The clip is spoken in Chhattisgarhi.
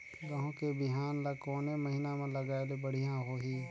गहूं के बिहान ल कोने महीना म लगाय ले बढ़िया होही?